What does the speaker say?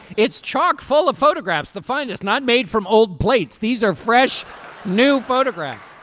it's chock full of photographs. the find is not made from old plates. these are fresh new photographs.